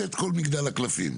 מתמוטט כל מגדל הקלפים.